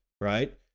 right